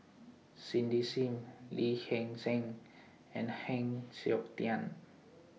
Cindy SIM Lee Hee Seng and Heng Siok Tian